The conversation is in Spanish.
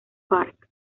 park